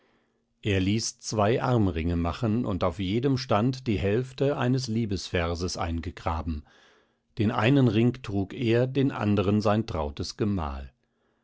er ließ zwei armringe machen und auf jedem stand die hälfte eines liebesverses eingegraben den einen ring trug er den anderen sein trautes gemahl